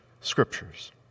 scriptures